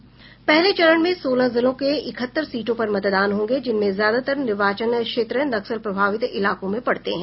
पहले चरण में सोलह जिलों के इकहत्तर सीटों पर मतदान होंगे जिनमें ज्यादातर निर्वाचन क्षेत्र नक्सल प्रभावित इलाकों में पड़ते हैं